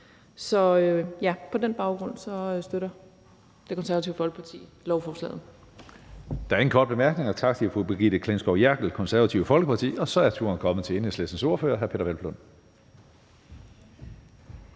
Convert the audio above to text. Så på den baggrund støtter Det Konservative Folkeparti lovforslaget.